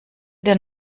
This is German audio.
der